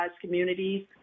communities